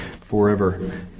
forever